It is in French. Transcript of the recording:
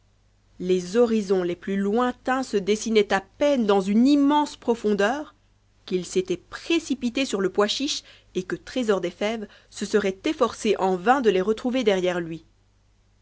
les horizons les plus lointains se dessinaient dans à peine une immense profondeur qu'ils s'étaient précipites sur le pois chiche et que trésor des fèves se serait efïbrcé en vain de les retrouver derrière lui